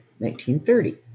1930